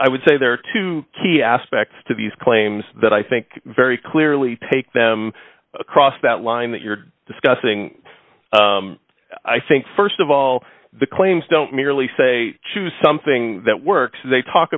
i would say there are two key aspects to these claims that i think very clearly take them across that line that you're discussing i think st of all the claims don't merely say choose something that works they talk